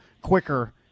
quicker